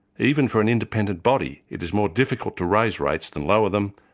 even for an independent body, it is more difficult to raise rates than lower them,